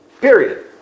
Period